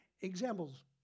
examples